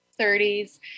30s